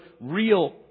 real